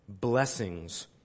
Blessings